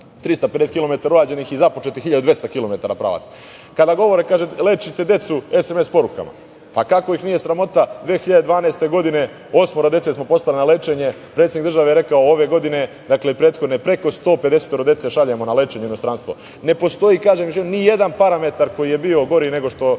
urađenih i započetih 1.200 kilometara. Kada govore, kažu – lečite decu SMS porukama. Kako ih nije sramota, 2012. godine osmoro dece smo poslali na lečenje. Predsednik države je rekao ove godine, dakle prethodne preko 150 dece šaljemo na lečenje u inostranstvo. Ne postoji ni jedan parametar koji je bio bolji nego što